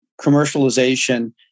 commercialization